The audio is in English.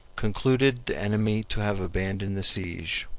concluded the enemy to have abandoned the siege.